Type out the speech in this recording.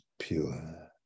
pure